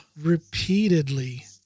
repeatedly